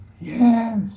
Yes